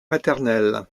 maternel